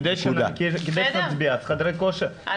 כדי שנצביע על חדרי כושר,